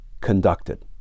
conducted